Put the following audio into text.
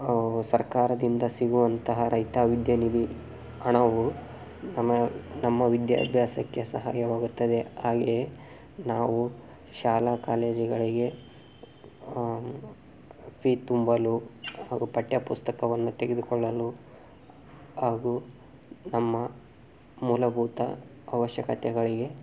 ಸರ್ಕಾರದಿಂದ ಸಿಗುವಂತಹ ರೈತ ವಿದ್ಯಾನಿಧಿ ಹಣವು ನಮ್ಮ ನಮ್ಮ ವಿದ್ಯಾಭ್ಯಾಸಕ್ಕೆ ಸಹಾಯವಾಗುತ್ತದೆ ಹಾಗೆಯೇ ನಾವು ಶಾಲಾ ಕಾಲೇಜುಗಳಿಗೆ ಫೀಸ್ ತುಂಬಲು ಹಾಗೂ ಪಠ್ಯ ಪುಸ್ತಕವನ್ನು ತೆಗೆದುಕೊಳ್ಳಲು ಹಾಗೂ ನಮ್ಮ ಮೂಲಭೂತ ಅವಶ್ಯಕತೆಗಳಿಗೆ